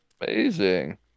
Amazing